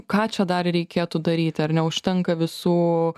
ką čia dar reikėtų daryti ar neužtenka visų